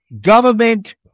government